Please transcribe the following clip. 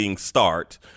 start